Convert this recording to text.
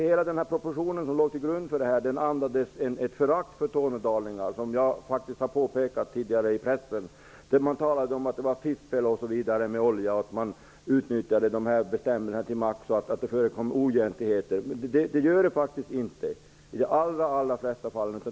Hela den proposition som ligger till grund för förslaget andas ett förakt för tornedalningar, vilket jag faktiskt har påpekat tidigare i pressen. Det talades om att det fifflades med olja, att man utnyttjade bestämmelserna till max och att det förekom oegentligheter. Det gör det faktiskt inte i de allra flesta fall.